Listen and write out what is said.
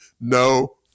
no